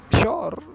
sure